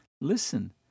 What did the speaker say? Listen